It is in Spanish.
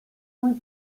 muy